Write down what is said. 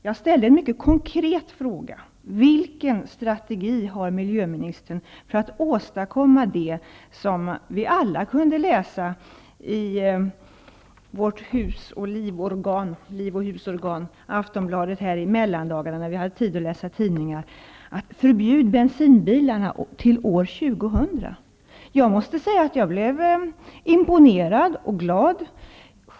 Jag ställde en mycket konkret fråga: Vilken strategi har miljöministern för att åstadkomma det som man kunde läsa om i vårt liv och husorgan Aftonbladet under mellandagarna, då vi hade tid att läsa tidningar, nämligen att bensinbilarna skulle förbjudas till år 2000. Jag blev både imponerad och glad.